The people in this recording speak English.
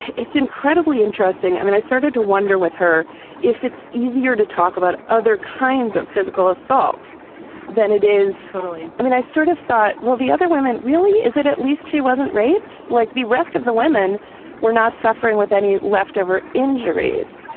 it's incredibly interesting. i mean, i started to wonder with her if it's easier to talk about other kinds of physical assault than it is. totally. i mean, i sort of thought, well, the other women really is it at least she wasn't raped like the rest of the women were not suffering with any leftover injuries.